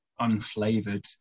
unflavored